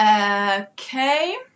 okay